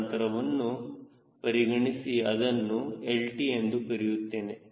c ಅಂತರವನ್ನು ಪರಿಗಣಿಸಿ ಅದನ್ನು lt ಎಂದು ಕರೆಯುತ್ತೇನೆ